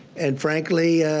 and frankly,